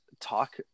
talk